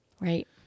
Right